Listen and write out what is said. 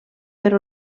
per